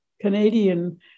Canadian